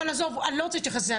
אבל עזוב, אני לא רוצה להתייחס לזה.